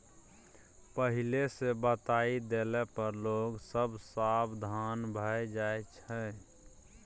पहिले सँ बताए देला पर लोग सब सबधान भए जाइ छै